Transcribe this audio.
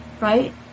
right